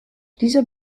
dieser